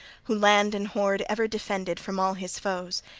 who land and hoard ever defended from all his foes,